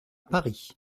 paris